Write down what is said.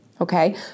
okay